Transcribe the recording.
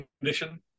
condition